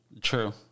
true